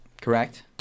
correct